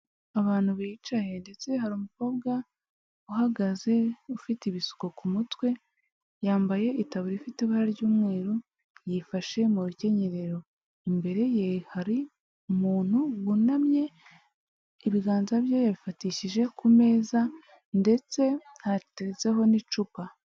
Abantu bicaye ndetse hariru umukobwa uhagaze ufite ibisuko ku mutwe yambaye itaburo ifite ibara ry'umweru yifashe mu rukenyerero, imbere ye hari umuntu wunamye ibiganza bye yibifatishije ku meza ndetse hateretseho n'icupa.